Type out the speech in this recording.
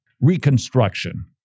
reconstruction